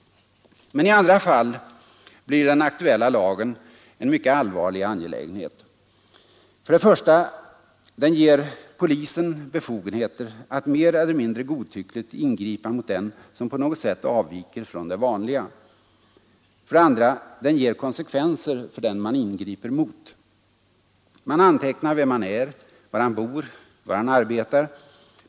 Men i andra fall blir den aktuella lagen en mycket allvarlig angelägenhet: 1. Den ger polisen befogenheter att mer eller mindre godtyckligt ingripa mot den som på något sätt avviker från det vanliga. 2. Den ger konsekvenser för den man ingriper mot. Man antecknar vem han är, var han bor, var han arbetar.